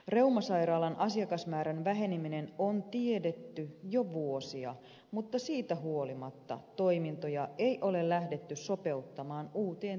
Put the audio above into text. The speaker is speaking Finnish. reumasairaalan asiakasmäärän väheneminen on tiedetty jo vuosia mutta siitä huolimatta toimintoja ei ole lähdetty sopeuttamaan uuteen tilanteeseen